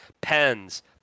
pens